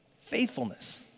faithfulness